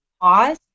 pause